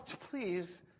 please